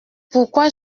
pourquoi